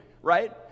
right